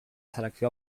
selecció